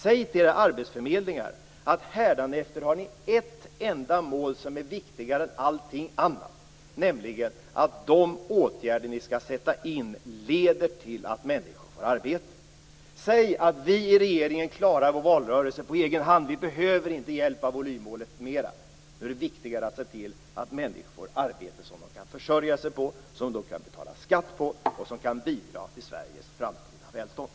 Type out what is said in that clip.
Säg till era arbetsförmedlingar att de hädanefter har ett enda mål, som skall vara viktigare än allt annat, nämligen att de åtgärder som de skall sätta in leder till att människor får arbete. Säg att ni i regeringen klarar er valrörelse på egen hand och inte längre behöver hjälp av volymmålet! Det är viktigare att se till att människor får arbeten som de kan försörja sig på, som de kan betala skatt på och som kan bidra till Sveriges framtida välstånd.